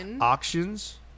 Auctions